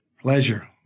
Pleasure